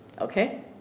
okay